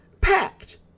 Packed